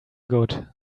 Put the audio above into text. good